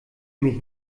mich